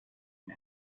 man